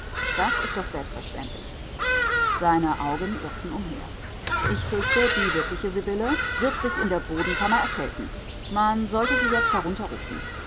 das ist doch selbstverständlich seine augen irrten umher ich fürchte die wirkliche sibylle wird sich in der bodenkammer erkälten man sollte sie jetzt